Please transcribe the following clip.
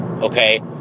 Okay